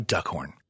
Duckhorn